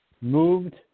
moved